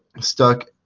stuck